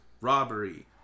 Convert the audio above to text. robbery